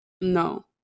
No